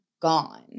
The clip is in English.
gone